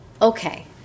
Okay